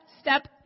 step